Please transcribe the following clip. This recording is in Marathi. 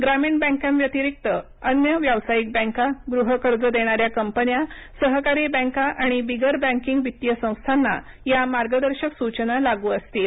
ग्रामीण बँकांव्यतिरिक्त अन्य व्यावसायिक बँका गृह कर्ज देणाऱ्या कंपन्या सहकारी बँका आणि बिगर बँकिंग वित्तीय संस्थांना या मार्गदर्शक सूचना लागू असतील